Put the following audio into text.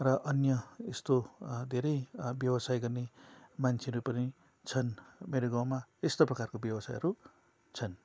र अन्य यस्तो धेरै व्यवसाय गर्ने मान्छेहरू पनि छन् मेरो गाउँमा यस्तो प्रकारको व्यवसायहरू छन्